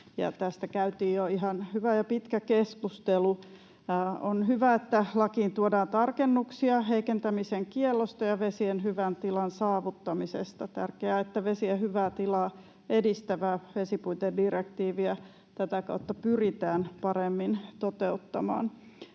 Tästä käytiin jo ihan hyvä ja pitkä keskustelu. On hyvä, että lakiin tuodaan tarkennuksia heikentämisen kiellosta ja vesien hyvän tilan saavuttamisesta. On tärkeää, että vesien hyvää tilaa edistävää vesipuitedirektiiviä tätä kautta pyritään paremmin toteuttamaan.